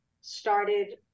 started